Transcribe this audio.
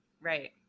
Right